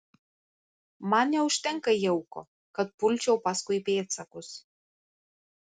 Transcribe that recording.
man neužtenka jauko kad pulčiau paskui pėdsakus